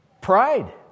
pride